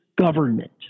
government